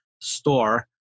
store